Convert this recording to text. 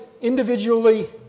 individually